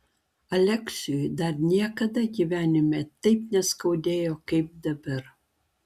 aleksiui dar niekada gyvenime taip neskaudėjo kaip dabar